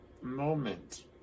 moment